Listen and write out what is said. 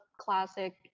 classic